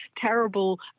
terrible